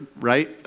right